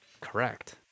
correct